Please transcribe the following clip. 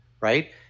right